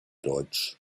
deutsch